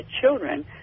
children